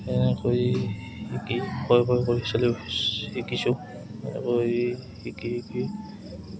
এনেকৈ শিকি ভয় ভয় কৰি চলি শিকিছোঁ এনেকৈ শিকি শিকি